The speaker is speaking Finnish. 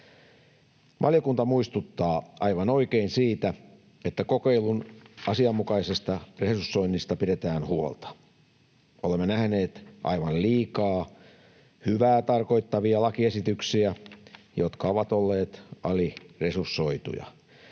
Valiokunta muistuttaa aivan oikein siitä, että kokeilun asianmukaisesta resursoinnista pidetään huolta. Olemme nähneet aivan liikaa hyvää tarkoittavia lakiesityksiä, jotka ovat olleet aliresursoituja.